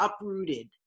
uprooted